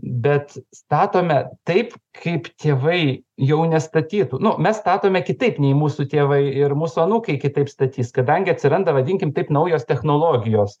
bet statome taip kaip tėvai jau nestatytų nu mes statome kitaip nei mūsų tėvai ir mūsų anūkai kitaip statys kadangi atsiranda vadinkim taip naujos technologijos